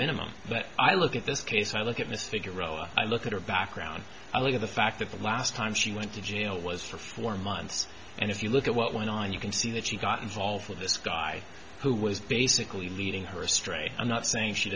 minimum but i look at this case i look at this figure oh i look at her background i look at the fact that the last time she went to jail was for four months and if you look at what went on you can see that she got involved with this guy who was basically leading her astray i'm not saying she